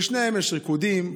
בשניהם יש ריקודים.